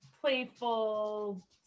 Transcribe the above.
playful